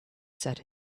said